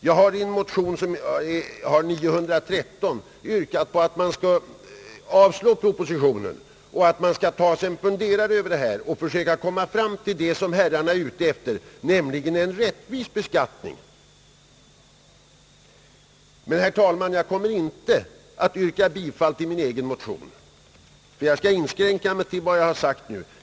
Jag har i en motion, I: 913, yrkat på att propositionen skall avslås och att man i stället skall försöka komma fram till det som herrarna är ute efter, nämligen en rättvis beskattning. Jag ämnar inte, herr talman, yrka bifall till min egen motion, utan jag skall inskränka mig till det jag här har framfört.